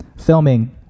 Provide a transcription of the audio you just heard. filming